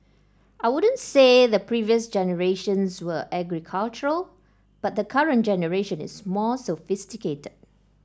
I wouldn't say the previous generations were agricultural but the current generation is more sophisticated